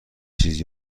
چیز